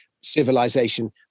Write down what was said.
civilization